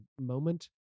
moment